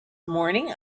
morning